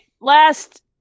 Last